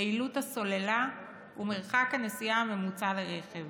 יעילות הסוללה ומרחק נסיעה ממוצע לרכב.